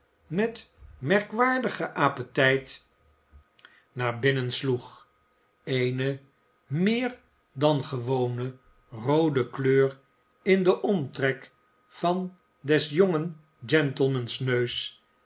met merkwaardigen appetijt naar binnen sloeg eene meer dan gewone roode kleur in den omtrek van des jongen gentlemans neus